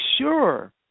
sure